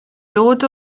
dod